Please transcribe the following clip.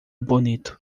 bonito